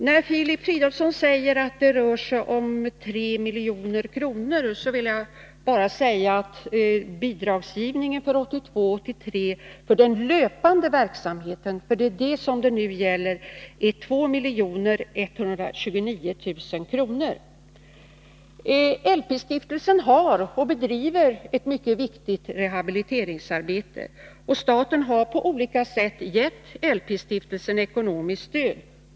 När Filip Fridolfsson säger att det rör sig om 3 milj.kr. vill jag bara säga att bidragsgivningen för 1982/83 för den löpande verksamheten — det är detta som nu gäller — är 2 129 000 kr. LP-stiftelsen har och bedriver ett mycket viktigt rehabiliteringsarbete. Staten har på olika sätt gett LP-stiftelsen ekonomiskt stöd.